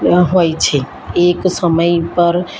હોય છે એક સમય પર